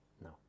No